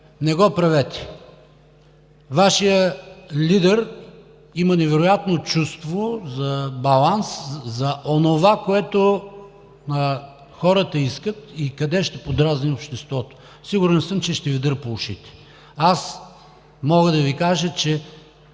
не го правете! Вашият лидер има невероятно чувство за баланс, за онова, което хората искат и къде ще подразни обществото. Сигурен съм, че ще Ви дърпа ушите. Мога да Ви кажа, че